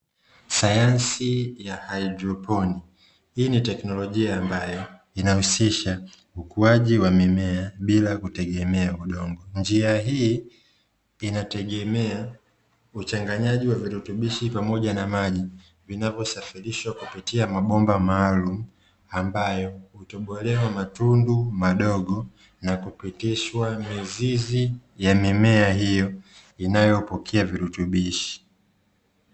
Sayansi ya Haidroponi hii ni teknolojia ambayo inahusisha ukuaji wa mimea bila kutegemea udongo, njia hii inategemea uchanganyaji wa virutubishi pamoja na maji, vinavyosafirishwa kupitia mabomba maalumu ambayo, hutobolewa matundu madogo na kupitishwa mizizi ya mimea hiyo inayopokea virutubishi.